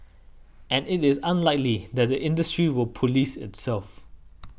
and it is unlikely that the industry will police itself